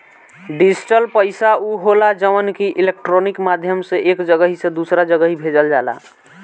digital पईसा उ होला जवन की इलेक्ट्रोनिक माध्यम से एक जगही से दूसरा जगही भेजल जाला